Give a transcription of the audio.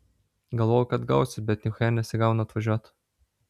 galvojau kad gausis bet nichuja nesigauna atvažiuot